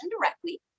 directly